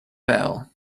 bell